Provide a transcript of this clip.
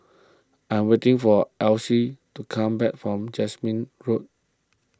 I am waiting for Alyse to come back from Jasmine Road